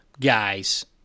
guys